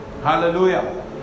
Hallelujah